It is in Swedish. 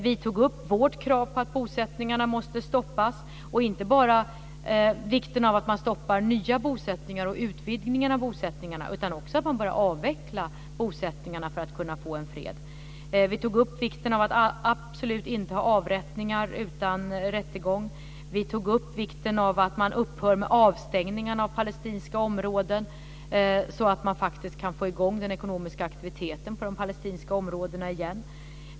Vi tog upp vårt krav på att bosättningarna måste stoppas. Det handlade inte bara om vikten av att man stoppar nya bosättningar och utvidgningen av bosättningarna, utan också att man börjar avveckla bosättningarna för att kunna få en fred. Vi tog upp vikten av att absolut inte ha avrättningar utan rättegång. Vi tog upp vikten av att man upphör med avstängningarna av palestinska områden så att man faktiskt kan få i gång den ekonomiska aktiviteten i de palestinska områdena igen.